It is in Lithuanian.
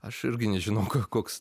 aš irgi nežinau koks